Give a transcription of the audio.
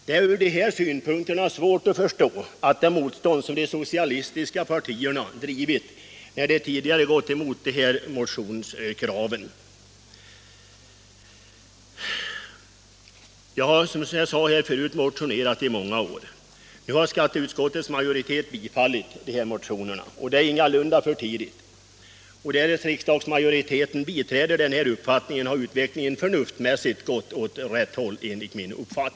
Det är från dessa synpunkter svårt att förstå de socialistiska partiernas motstånd när de tidigare gått emot detta motionskrav. Jag har, som jag sade, motionerat om detta i många år. Nu har skatteutskottets majoritet tillstyrkt motionen, och det är ingalunda för tidigt. Därest riksdagsmajoriteten biträder motionsyrkandet har utvecklingen förnuftsmässigt gått åt rätt håll enligt min mening.